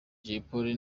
jolly